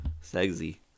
sexy